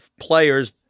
players